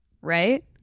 right